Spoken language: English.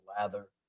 lather